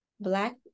Black